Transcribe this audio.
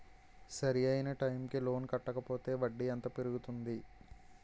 సరి అయినా టైం కి లోన్ కట్టకపోతే వడ్డీ ఎంత పెరుగుతుంది?